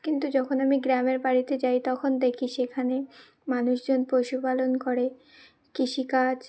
কিন্তু যখন আমি গ্রামের বাড়িতে যাই তখন দেখি সেখানে মানুষজন পশুপালন করে কৃষিকাজ